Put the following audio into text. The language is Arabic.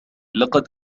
لقد